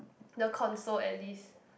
the console at least